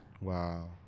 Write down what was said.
Wow